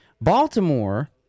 Baltimore